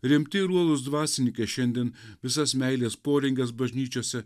rimti ir uolūs dvasininkai šiandien visas meilės poringes bažnyčiose